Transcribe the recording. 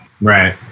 Right